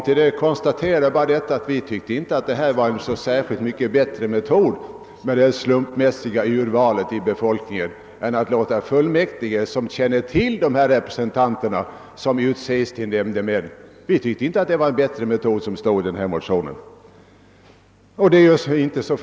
Vi konstaterade att det inte föreföll vara någon särskilt mycket bättre metod att tillämpa slumpmässiga urval bland befolkningen än att låta fullmäktige, som känner till de personer som kommer i fråga, utse nämndemännen. Det är inte så länge sedan utskottet hade att göra med frågan om val av nämndemän.